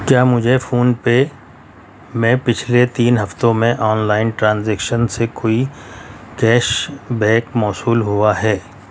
کیا مجھے فون پے میں پچھلے تین ہفتوں میں آن لائن ٹرانزیکشن سے کوئی کیش بیک موصول ہوا ہے